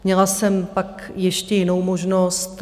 Měla jsem pak ještě jinou možnost.